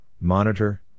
monitor